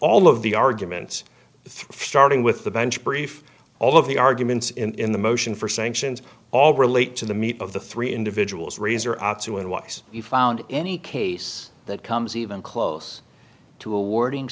all of the arguments through starting with the bench brief all of the arguments in the motion for sanctions all relate to the meat of the three individuals razor out so when was you found any case that comes even close to awarding